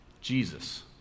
Jesus